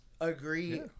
Agree